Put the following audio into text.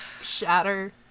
shatter